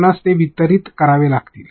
आपण ते वितरित करावे लागेल